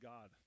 God